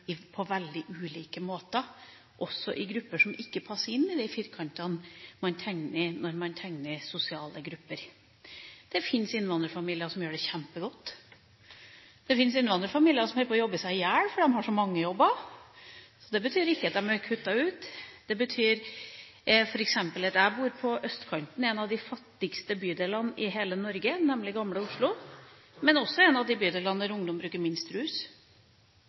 på veldig ulike måter, også i grupper som ikke passer inn i de firkantene man tegner når man tegner sosiale grupper. Det fins innvandrerfamilier som gjør det kjempegodt. Det fins innvandrerfamilier som holder på å jobbe seg i hjel, for de har så mange jobber. Det betyr ikke at de er kuttet ut. Jeg bor f.eks. på østkanten i en av de fattigste bydelene i hele Norge, nemlig Gamle Oslo – men også i en av de bydelene der ungdom bruker minst rus.